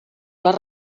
les